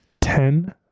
Ten